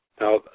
Now